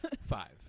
Five